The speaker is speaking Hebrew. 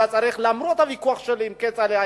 למרות הוויכוח שלי עם כצל'ה,